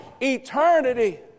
eternity